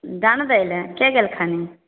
दाना दै लएके गेलखिन